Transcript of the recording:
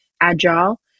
Agile